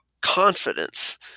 confidence